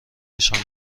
نشان